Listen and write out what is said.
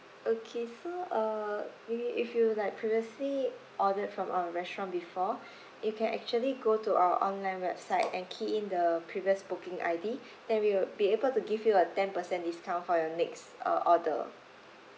okay so uh we if you like previously ordered from our restaurant before you can actually go to our online website and key in the previous booking I_D then we'll be able to give you a ten percent discount for your next uh order